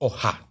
Oha